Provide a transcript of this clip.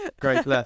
great